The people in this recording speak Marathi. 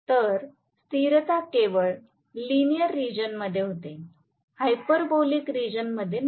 तर स्थिरता केवळ लिनिअर रिजन मध्ये होते हायपरबोलिक रिजन मध्ये नाही